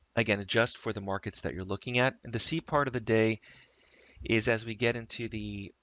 again, adjust for the markets that you're looking at. and the c part of the day is as we get into the,